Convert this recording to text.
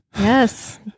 Yes